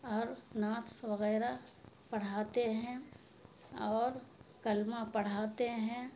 اور نعت وغیرہ پڑھاتے ہیں اور کلمہ پڑھاتے ہیں